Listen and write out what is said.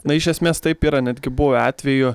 na iš esmės taip yra netgi buvę atvejų